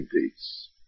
peace